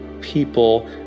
people